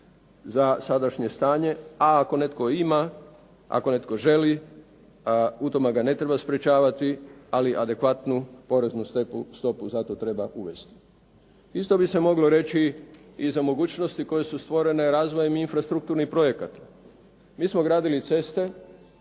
za sadašnje stanje, a ako netko ima, ako netko želi, u tome ga ne treba spriječiti, ali adekvatnu poreznu stopu za to treba uvesti. Isto bi se moglo reći i za mogućnosti koje su stvorene razvojem infrastrukturnih projekata. Mi smo gradili ceste,